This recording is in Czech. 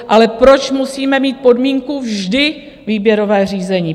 Ale proč musíme mít podmínku vždy výběrové řízení?